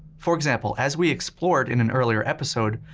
for example, as we explored in an earlier episode,